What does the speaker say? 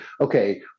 okay